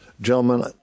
gentlemen